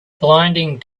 blinding